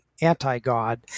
anti-god